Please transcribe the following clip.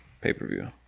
pay-per-view